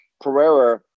Pereira